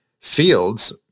fields